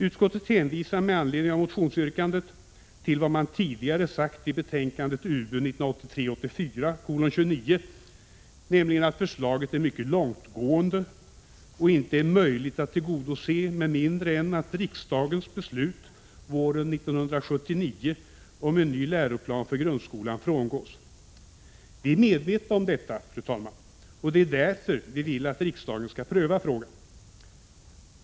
Utskottet hänvisar med anledning av motionsyrkandet till vad man tidigare sagt i betänkandet UbU 1983/84:29, nämligen att förslaget är mycket långtgående och inte är möjligt att tillgodose med mindre än att riksdagens beslut våren 1979 om en ny läroplan för grundskolan frångås. Vi är medvetna om detta, fru talman, och det är därför vi vill att riksdagen skall pröva frågan.